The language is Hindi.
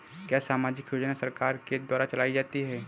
क्या सामाजिक योजना सरकार के द्वारा चलाई जाती है?